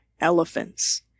elephants